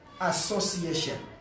association